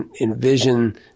envision